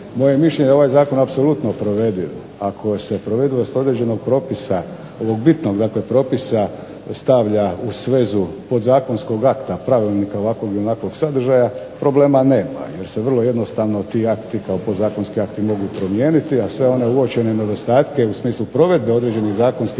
je mišljenje da je ovaj zakon apsolutno provediv ako se provedivost određenog propisa, ovog bitnog dakle propisa, stavlja u svezu podzakonskog akta, pravilnika ovakvog ili onakvog sadržaja problema nema. Jer se vrlo jednostavno ti akti kao podzakonski akti mogu promijeniti, a sve one uočene nedostatke u smislu provedbe određenih zakonskih